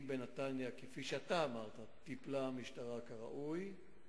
אם בנתניה, כפי שאתה אמרת, טיפלה המשטרה כראוי,